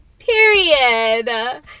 Period